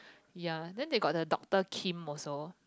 ya then they got the Doctor Kim also